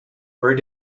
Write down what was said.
where